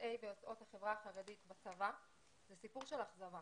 יוצאי ויוצאות החברה החרדית בצבא זה סיפור של אכזבה.